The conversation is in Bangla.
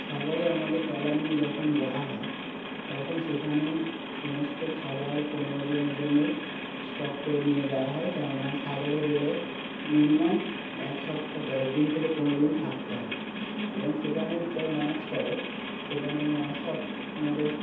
সাগরে আমাদের ট্রলার নিয়ে যখন যাওয়া হয় তখন সেখানে সমস্ত খাবার পনেরো দিনের জন্যে স্টক করে নিয়ে যাওয়া হয় কেননা সাগরে গেলে মিনিমাম এক সপ্তাহ দশ দিন থেকে পনেরো দিন থাকতে হবে এবং সেখানে যাই মাছ হয় সেখানে মাছ সব আমাদের